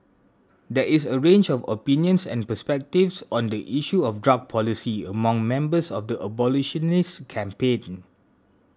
there is a range of opinions and perspectives on the issue of drug policy among members of the abolitionist campaign